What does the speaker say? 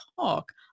talk